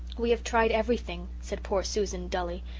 we have tried everything said poor susan dully.